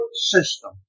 system